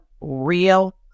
real